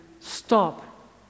stop